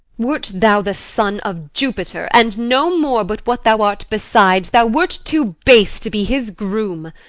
wert thou the son of jupiter, and no more but what thou art besides, thou wert too base to be his groom.